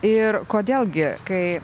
ir kodėl gi kai